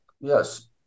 yes